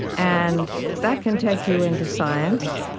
and that can take you into science.